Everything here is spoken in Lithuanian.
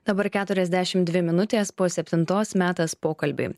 dabar keturiasdešimt dvi minutės po septintos metas pokalbiui